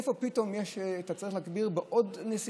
איפה פתאום אתה צריך להגביר נסיעה,